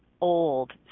old